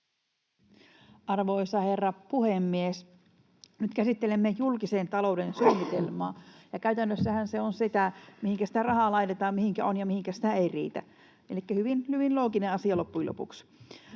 Arvoisa herra puhemies! Nyt käsittelemme julkisen talouden suunnitelmaa, ja käytännössähän se on sitä, mihinkä sitä rahaa laitetaan, mihinkä on ja mihinkä sitä ei riitä. Elikkä hyvin looginen asia loppujen lopuksi,